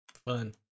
Fun